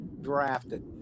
drafted